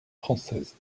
française